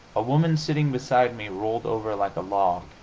a woman sitting beside me rolled over like a log,